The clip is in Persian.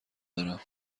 دارم